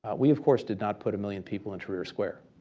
we of course did not put a million people in tahrir square,